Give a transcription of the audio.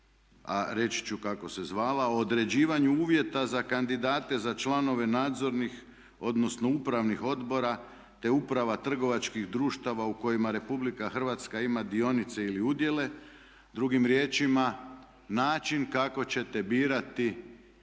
reći ću kako se zvala o određivanju uvjeta za kandidate za članove nadzornih odnosno upravnih odbora te uprava trgovačkih društava u kojima RH ima dionice ili udjele drugim riječima način kako ćete birati tijela